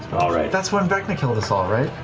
right, that's when vecna killed us all, right?